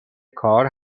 کار